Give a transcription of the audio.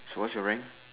so what's your rank